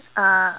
uh